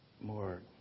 more